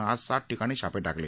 नं आज सात ठिकाणी छापे टाकले